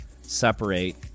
separate